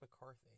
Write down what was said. McCarthy